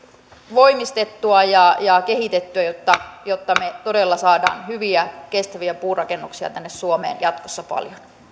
voimistettua ja ja kehitettyä jotta jotta me todella saamme hyviä kestäviä puurakennuksia tänne suomeen jatkossa paljon